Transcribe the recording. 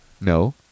No